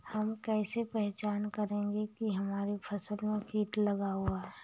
हम कैसे पहचान करेंगे की हमारी फसल में कीट लगा हुआ है?